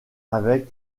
avec